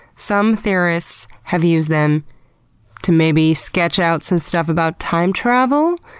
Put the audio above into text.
some theorists have used them to maybe sketch out some stuff about time travel.